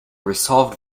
resolved